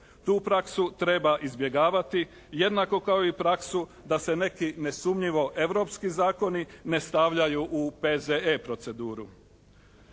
Tu praksu treba izbjegavati jednako kao i praksu da se neki nesumnjivo europski zakoni ne stavljaju u P.Z.E. proceduru.